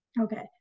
Okay